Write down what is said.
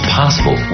possible